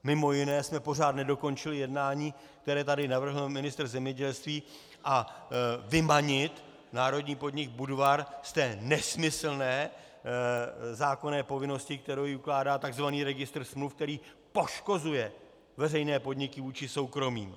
Mimo jiné jsme pořád nedokončili jednání, které tady navrhl ministr zemědělství, vymanit národní podnik Budvar z té nesmyslné zákonné povinnosti, kterou mu ukládá tzv. registr smluv, který poškozuje veřejné podniky vůči soukromým.